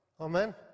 amen